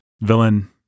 villain